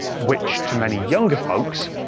which, to many younger folks,